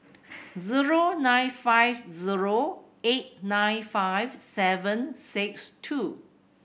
zero nine five zero eight nine five seven six two